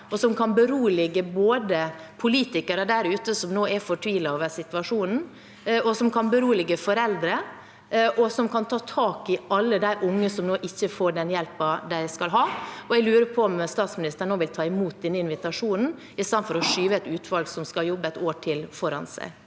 som kan berolige både politikere der ute som nå er fortvilet over situasjonen, og foreldre, og som gjør at man kan ta tak i alle de unge som nå ikke får den hjelpen de skal ha. Vil statsministeren ta imot denne invitasjonen nå, i stedet for å skyve et utvalg som skal jobbe et år til, foran seg?